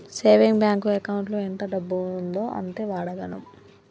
saving bank ఎకౌంటులో ఎంత డబ్బు ఉందో అంతే వాడగలం